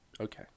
Okay